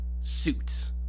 suits